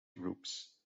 groups